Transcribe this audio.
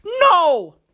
No